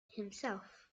himself